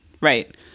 right